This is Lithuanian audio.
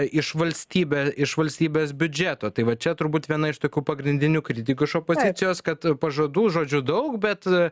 iš valstybė iš valstybės biudžeto tai va čia turbūt viena iš tokių pagrindinių kritikų iš opozicijos kad pažadų žodžiu daug bet